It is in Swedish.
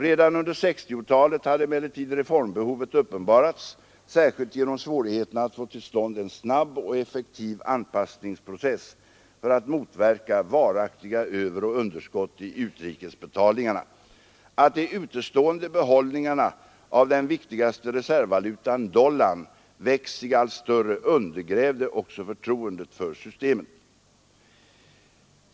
Redan under 1960-talet hade emellertid reformbehovet uppenbarats, särskilt genom svårigheterna att få till stånd en snabb och effektiv anpassningsprocess för att motverka varaktiga överoch underskott i utrikesbetalningarna. Att de utestående behållningarna av den viktigaste reservvalutan, dollarn, växt sig allt större undergrävde också förtroendet för systemet.